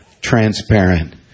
transparent